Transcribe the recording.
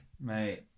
mate